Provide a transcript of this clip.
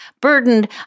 burdened